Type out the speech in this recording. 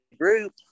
group